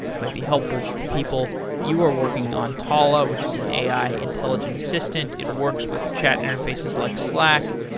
it might be helpful to people. you are working on talla, which is an a i. intelligent assistant. it works with chat interfaces like slack,